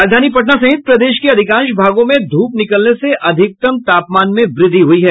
राजधानी पटना सहित प्रदेश के अधिकांश भागों में धूप निकलने से अधिकतम तापमान में वृद्धि हुयी है